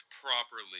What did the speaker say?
properly